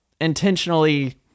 intentionally